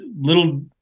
little